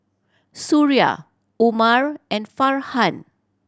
Suria Umar and Farhan